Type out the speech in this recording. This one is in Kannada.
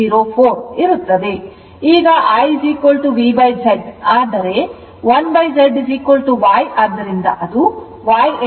ಈಗ I VZ ಆದರೆ 1ZY ಆದ್ದರಿಂದ ಅದು Y